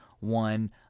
One